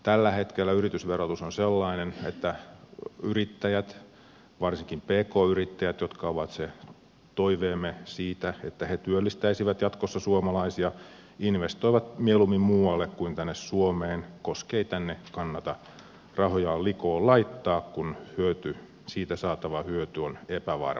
tällä hetkellä yritysverotus on sellainen että yrittäjät varsinkin pk yrittäjät jotka ovat se toiveemme siitä että he työllistäisivät jatkossa suomalaisia investoivat mieluummin muualle kuin tänne suomeen koskei tänne kannata rahojaan likoon laittaa kun siitä saatava hyöty on epävarma